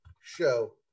show